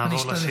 אני אשתדל.